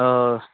اور